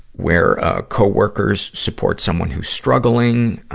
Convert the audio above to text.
where a co-worker supports someone who's struggling.